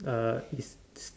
uh is